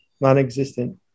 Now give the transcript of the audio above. Non-existent